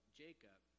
jacob